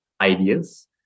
ideas